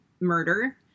murder